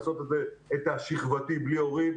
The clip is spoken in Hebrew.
לעשות את השכבתי בלי הורים,